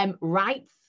Rights